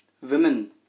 women